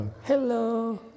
Hello